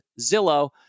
Zillow